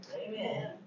Amen